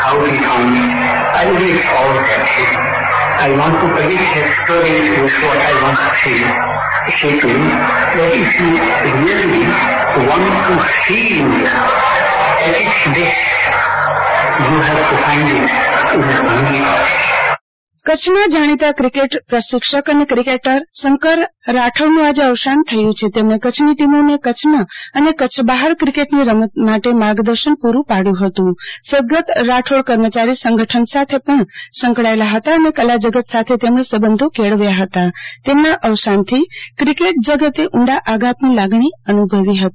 આરતી ભદ્દ કરછના જાણીતા ક્રિકેટ પ્રશિક્ષક અને ક્રિકેટર શંકર રાઠોડનું આજે એવશાન થયું છે તેમણે કરછની ટીમોને કરછમાં અને કરછ બહાર ક્રિકેટની રમત મોટે માર્ગદર્શન પૂરું પાંડવું હતું સદગત રાઠીડ કર્મચારી સંગઠન સાથે પણ સંકળાયેલા હતા અને કલાજગત સાથે તેમણે સંબધો કેળવ્યા ફતા તેમના અવશાન થી ક્રિકેટ જગતને આધાત ની લાગણી અનુભવી હતી